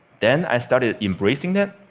then i started embracing it.